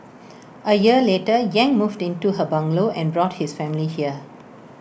A year later yang moved into her bungalow and brought his family here